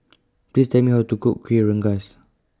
Please Tell Me How to Cook Kuih Rengas